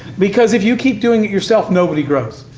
because if you keep doing it yourself, nobody grows,